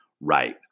right